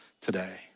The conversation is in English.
today